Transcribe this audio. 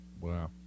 Wow